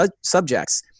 subjects